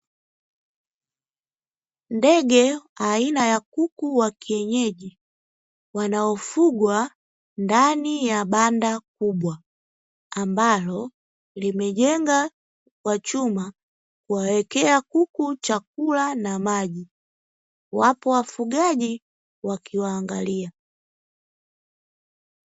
Ndege aina ya kuku wa kienyeji wanaofugwa ndani ya banda kubwa, ambalo limejengwa kwa chuma kuwawekea kuku chakula na maji wapo wafugaji wakiwaangalia.